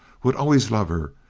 would always love her,